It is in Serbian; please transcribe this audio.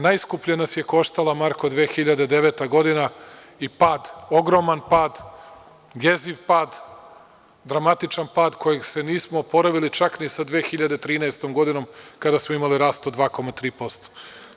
Najskuplje nas je koštala, Marko, 2009. godina i pad, ogroman pad, jeziv pad, dramatičan pad od kojeg se nismo oporavili čak ni sa 2013. godinom, kada smo imali rast od 2,3%